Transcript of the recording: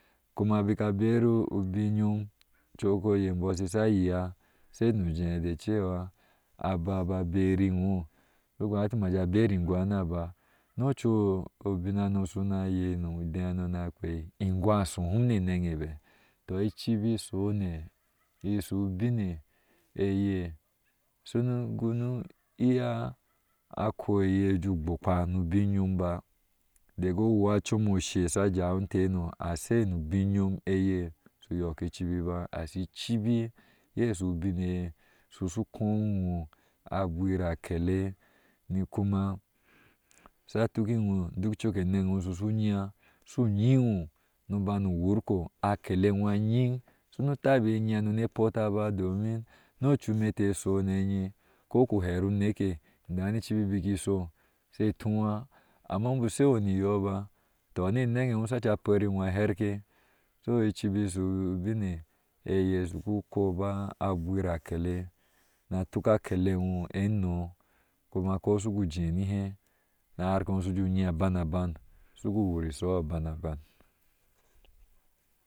Kuma bik a beru ubin yom cok oye bɔɔ shi sha yeya she nuje de cewa aba bac bare iwɔɔ bik aheti maje aberi igya naba no ocu usin hano sha na yea no idee shi na kpea inwe a shohum ne naŋbe, tɔ icibi ishone ishu ubin eh eye sunu gunu iya akoye ju gbokpa ni ubinyomba daga awóí come encle sha jawi inte no ashai nu ubin yom eye yɔɔk icibi baa ashi icibi ye shu ubine eya shu kóó jiwɔɔ a gwira akele ni, kuma shatuk uwɔɔduk acu anaŋ ewɔɔ shishu nyiŋa shu yiws nubanu worko akele wɔɔ anyin shunu taba ne yiŋa nune pota ba domin nu ocu me te sheshu ne enyeɛ ko ku her uneke wan icibi bik isho she tun, amma bik shewɔɔ ni yɔɔ ba, tɔ ne anaɔ wɔ shaje par a herke so icibi shu ubine eye shika baan agwira akele na tuk akele iwɔɔ enɔɔ kuma ko shige je nihe narke wɔɔ shidu yi abaŋ aban shugu wur isjiho abaŋ aban